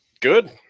good